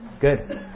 good